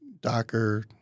Docker